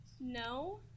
No